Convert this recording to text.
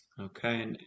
Okay